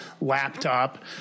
laptop